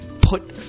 put